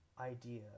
idea